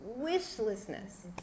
wishlessness